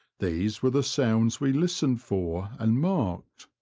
these were the sounds we listened for, and marked.